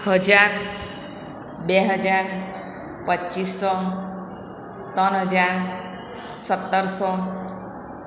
હજાર બે હજાર પચીસસો ત્રણ હજાર સત્તરસો